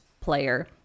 player